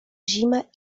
zima